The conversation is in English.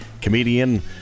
comedian